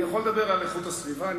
אני יכול לדבר על איכות הסביבה,